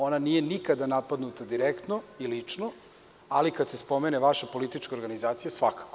Ona nije nikada napadnuta direktno i lično, ali kada se spomene vaša politička organizacija, svakako.